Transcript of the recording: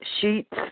sheets